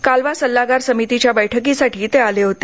कालवा सल्लागार समितीच्या बैठकीसाठी आले होते